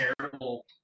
terrible